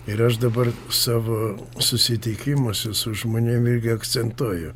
ir aš dabar savo susitikimuose su žmonėm akcentuoju